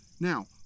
Now